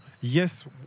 Yes